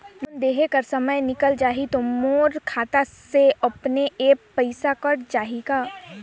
Loan देहे कर समय निकल जाही तो मोर खाता से अपने एप्प पइसा कट जाही का?